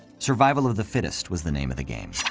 survival of the fittest was the name of the game.